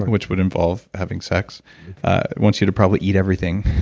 which would involve having sex. it wants you to probably eat everything,